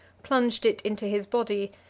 plunged it into his body,